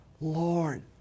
Lord